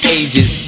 ages